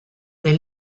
des